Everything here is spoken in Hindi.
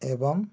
एवं